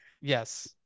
Yes